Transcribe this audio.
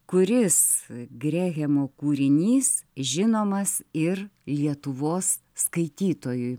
kuris grehemo kūrinys žinomas ir lietuvos skaitytojui